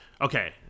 Okay